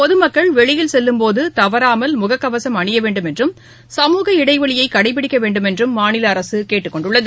பொதுமக்கள் வெளியில் செல்லும் போது தவறாமல் முகக்கவசம் அணிய வேண்டும் என்றும் சமூக இடைவெளியை கடைப்பிடிக்க வேண்டும் என்றும் மாநில அரசு கூறியுள்ளது